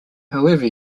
whoever